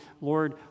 Lord